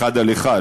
אחד על אחד.